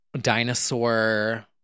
dinosaur